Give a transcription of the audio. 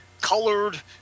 colored